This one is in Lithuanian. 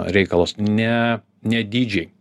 reikalas ne ne dydžiai